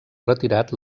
retirat